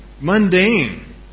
mundane